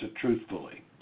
truthfully